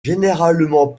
généralement